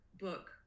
book